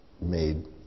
made